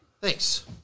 thanks